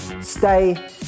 stay